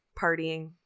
partying